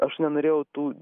aš nenorėjau tų